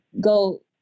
go